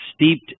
steeped